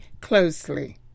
closely